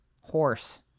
horse